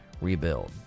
rebuild